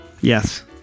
Yes